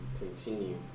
continue